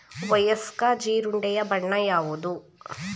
ವಯಸ್ಕ ಜೀರುಂಡೆಯ ಬಣ್ಣ ಯಾವುದು?